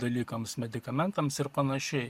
dalykams medikamentams ir panašiai